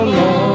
Lord